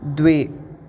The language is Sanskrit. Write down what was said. द्वे